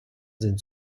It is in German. sind